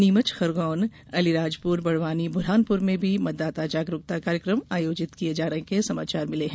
नीमचखरगौन अलीराजपुर बडवानी बुरहानपुर में भी मतदाता जागरूकता कार्यक्रम आयोजित किये जाने के समाचार मिले है